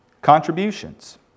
Contributions